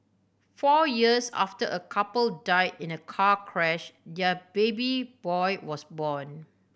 four years after a couple died in a car crash their baby boy was born